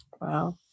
wow